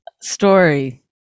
story